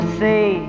say